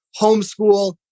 homeschool